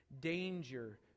danger